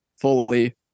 fully